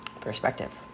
Perspective